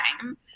time